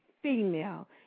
female